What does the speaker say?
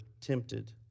tempted